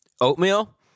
oatmeal